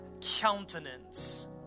countenance